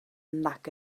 nac